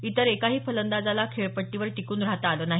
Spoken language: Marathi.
इतर एकाही फलंदाजाला खेळपट्टीवर टिकून राहता आलं नाही